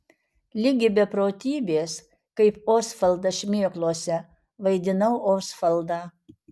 ligi beprotybės kaip osvaldas šmėklose vaidinau osvaldą